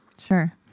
Sure